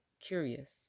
curious